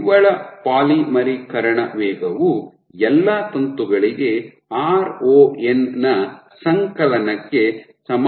ನಿವ್ವಳ ಪಾಲಿಮರೀಕರಣ ವೇಗವು ಎಲ್ಲಾ ತಂತುಗಳಿಗೆ ron ನ ಸಂಕಲನಕ್ಕೆ ಸಮಾನವಾಗಿರುತ್ತದೆ